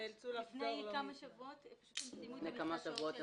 לפני כמה שבועות הם סיימו את מכסת השעות שלהם.